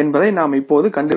என்பதை நாம் இப்போது கண்டுபிடிக்க வேண்டும்